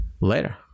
Later